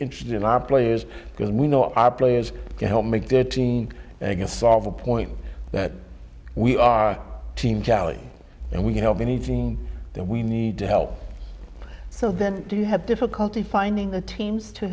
interested in our players because we know our players can help make their team and we can solve a point that we are team chali and we can help anything that we need to help so then do you have difficulty finding the teams to